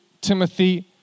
Timothy